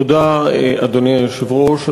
תודה, אדוני היושב-ראש.